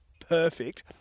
perfect